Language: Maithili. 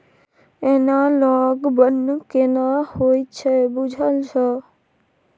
एनालॉग बन्न केना होए छै बुझल छौ?